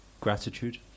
gratitude